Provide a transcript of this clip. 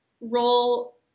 role